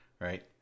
Right